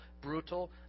brutal